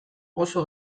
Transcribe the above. oso